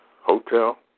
hotel